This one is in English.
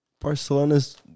Barcelona's